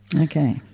Okay